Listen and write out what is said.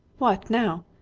what, now!